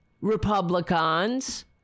Republicans